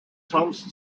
homes